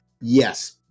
yes